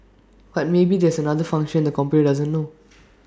but maybe there's another function the computer doesn't know